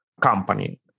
company